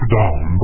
down